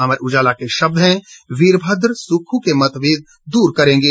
अमर उजाला के शब्द हैं वीरभद्र सुक्खू के मतभेद दूर करेंगे